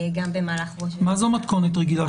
גם במהלך ראש השנה.